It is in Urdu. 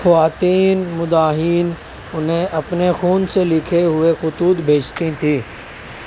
خواتین مداحین اُنہیں اپنے خون سے لِکھے ہوئے خطوط بھیجتیں تھیں